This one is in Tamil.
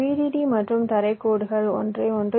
டி மற்றும் தரை கோடுகள் ஒன்றை ஒன்று தொடும்